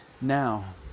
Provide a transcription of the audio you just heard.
Now